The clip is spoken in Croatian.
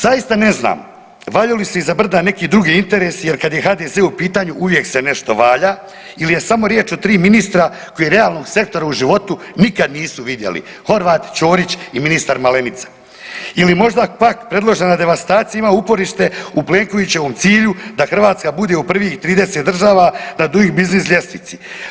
Zaista ne znam valjaju li se iza brda neki drugi interesi jer kad je HDZ u pitanju uvijek se nešto valja ili je samo riječ o tri ministra koji realnog sektora u životu nikad nisu vidjeli, Horvat, Ćorić i ministar Malenica ili možda pak predložena devastacija ima uporište u Plenkovićevom cilju da Hrvatska bude u prvih 30 država na Duing biznis ljestvici?